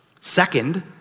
Second